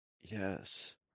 Yes